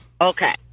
Okay